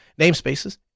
namespaces